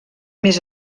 més